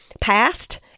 past